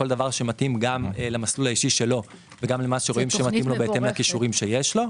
כל דבר שמתאים למסלול האישי שלו וגם בהתאם לכישורים שיש לו.